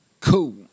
Cool